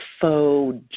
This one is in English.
faux